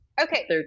Okay